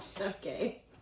Okay